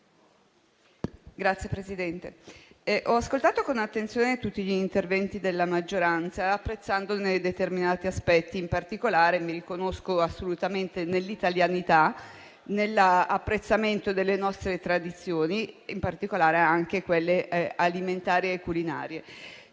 Signor Presidente, ho ascoltato con attenzione tutti gli interventi della maggioranza apprezzandone determinati aspetti. In particolare, mi riconosco assolutamente nell'italianità e nell'apprezzamento delle nostre tradizioni, specialmente di quelle alimentari e culinarie.